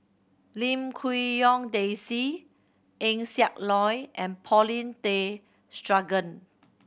Lim Quee Hong Daisy Eng Siak Loy and Paulin Tay Straughan